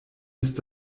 ist